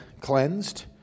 cleansed